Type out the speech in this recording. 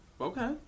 Okay